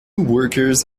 workers